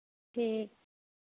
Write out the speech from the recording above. ठीक